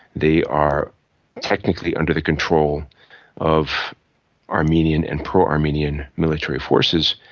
they are technically under the control of armenian and pro-armenian military forces.